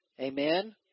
Amen